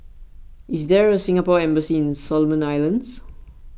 is there a Singapore Embassy in Solomon Islands